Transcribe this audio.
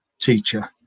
teacher